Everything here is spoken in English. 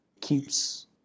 keeps